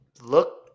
look